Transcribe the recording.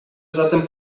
zatem